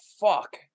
fuck